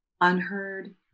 unheard